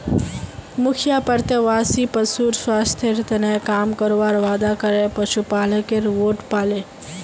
मुखिया प्रत्याशी पशुर स्वास्थ्येर तने काम करवार वादा करे पशुपालकेर वोट पाले